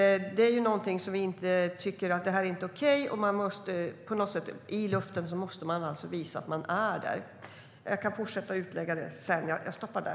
Det är någonting som vi inte tycker är okej. I luften måste man på något sätt visa att man är där.